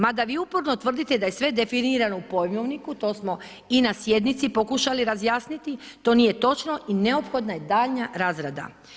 Mada vi uporno tvrdite da je sve definirano u pojmovniku, to smo i na sjednici pokušali razjasniti, to nije točno i neophodna je daljnja razrada.